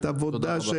את העבודה,